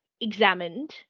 examined